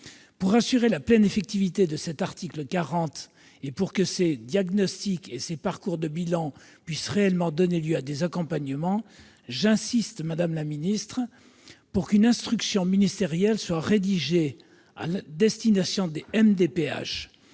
d'assurer la pleine effectivité de cet article 40 et de faire en sorte que ces diagnostics et ces parcours de bilan puissent réellement donner lieu à des accompagnements, j'insiste, madame la ministre, pour qu'une instruction ministérielle soit rédigée à destination des MDPH.